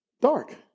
dark